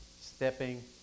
Stepping